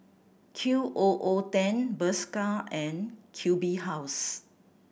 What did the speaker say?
Q O O Ten Bershka and Q B House